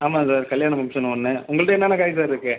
ஆமாம் சார் கல்யாண ஃபங்க்ஷன் ஒன்று உங்கள்கிட்ட என்னென்ன காய் சார் இருக்குது